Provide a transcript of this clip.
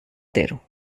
tero